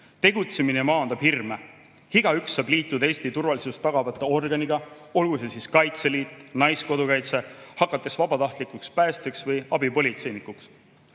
Tegutsemine maandab hirme. Igaüks saab liituda Eesti turvalisust tagava organiga, olgu see siis Kaitseliit või Naiskodukaitse, hakates vabatahtlikuks päästjaks või abipolitseinikuks.